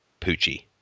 poochie